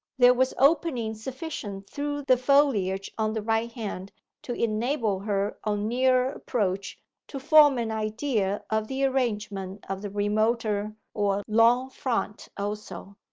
there was opening sufficient through the foliage on the right hand to enable her on nearer approach to form an idea of the arrangement of the remoter or lawn front also.